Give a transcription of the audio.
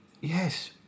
Yes